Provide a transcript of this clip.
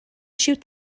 shoot